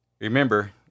Remember